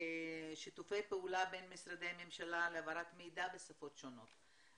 שיתופי פעולה בין משרדי ממשלה להעברת מידע בשפות שונות.